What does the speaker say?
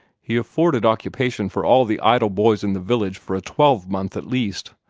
he afforded occupation for all the idle boys in the village for a twelve-month at least.